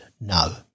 No